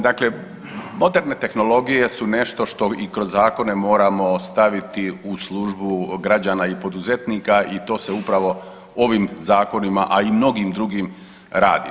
Dakle, moderne tehnologije su nešto što i kroz zakone moramo staviti u službu građana i poduzetnika i to se upravo ovim zakonima, a i mnogim drugim radi.